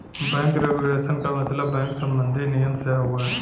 bank regulation क मतलब bank सम्बन्धी नियम से हउवे